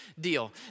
deal